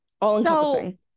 all-encompassing